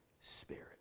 Spirit